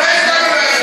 מה יש לנו להגיד?